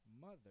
Mother